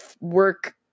work